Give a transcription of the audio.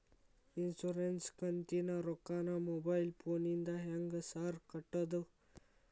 Insurance ಕಂತಿನ ರೊಕ್ಕನಾ mobile ಫೋನಿಂದ ಹೆಂಗ್ ಸಾರ್ ಕಟ್ಟದು?